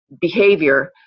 behavior